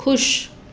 ख़ुशि